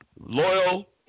loyal